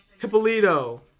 Hippolito